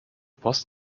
post